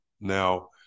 Now